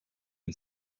une